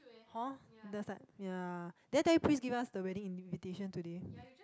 hor that's like ya did I tell you Pris give us the wedding invitation today